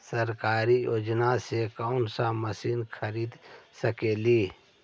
सरकारी योजना से कोन सा मशीन खरीद सकेली?